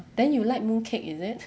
then you like mooncake is it